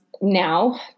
now